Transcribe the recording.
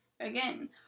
again